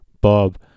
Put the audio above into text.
Bob